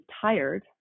tired